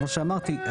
כמו שאמרתי,